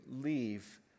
leave